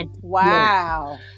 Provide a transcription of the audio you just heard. Wow